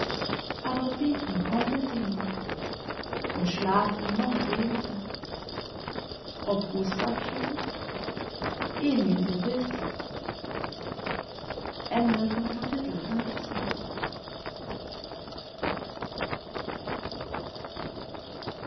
aber beten konnte sie nicht und schlafen noch weniger ob gustav schlief emil gewiß